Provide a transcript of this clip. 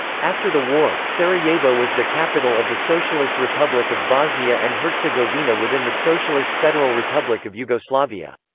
after the war, sarajevo was the capital of the socialist republic of bosnia and herzegovina within the socialist federal republic of yugoslavia.